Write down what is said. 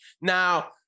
Now